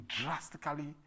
drastically